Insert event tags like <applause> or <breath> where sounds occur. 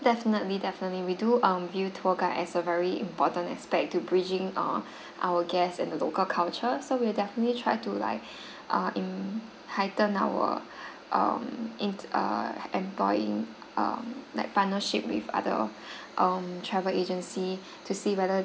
definitely definitely we do um view tour guide as a very important aspect to bridging err our guests and the local culture so we'll definitely try to like <breath> err im~ heightened our <breath> um int~ err employing um like partnership with other <breath> um travel agency to see whether